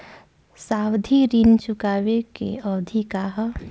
सावधि ऋण चुकावे के अवधि का ह?